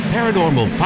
Paranormal